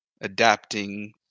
adapting